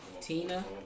Tina